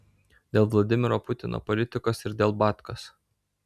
dėl vladimiro putino politikos ir dėl batkos